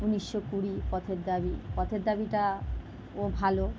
উনিশশো কুড়ি পথের দাবী পথের দাবীটা ও ভালো